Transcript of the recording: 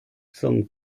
zum